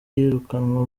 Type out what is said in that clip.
yirukanwa